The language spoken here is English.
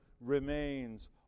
remains